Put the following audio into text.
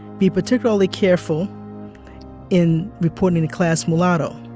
be particularly careful in reporting the class mulatto.